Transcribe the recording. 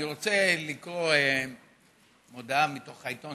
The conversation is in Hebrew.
אני רוצה לקרוא מודעה מתוך העיתון,